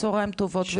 צוהריים טובים,